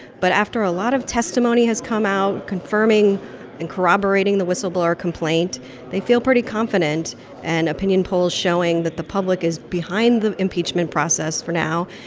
but after a lot of testimony has come out confirming and corroborating the whistleblower complaint they feel pretty confident and opinion polls showing that the public is behind the impeachment process for now.